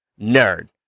nerd